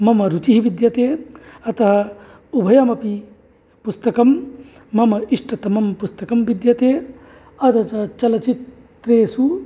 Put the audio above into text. मम रुचिः विद्यते अतः उभयमपि पुस्तकं मम इष्टतमं पुस्तकं विद्यते अथ च चलच्चित्रेषु